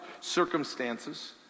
circumstances